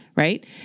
Right